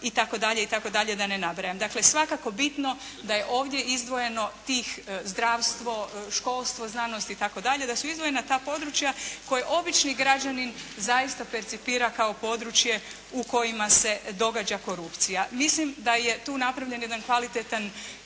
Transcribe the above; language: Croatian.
nabave itd. da ne nabrajam. Dakle, svakako bitno da je ovdje izdvojeno tih zdravstvo, školstvo, znanost itd. da su izdvojena ta područja koja obični građanin zaista percipira kao područje u kojima se događa korupcija. Mislim da je tu napravljen jedan kvalitetan